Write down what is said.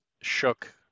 shook